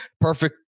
perfect